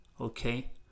okay